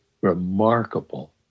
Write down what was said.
remarkable